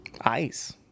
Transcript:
ice